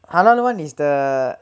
halal